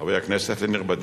חברי הכנסת הנכבדים,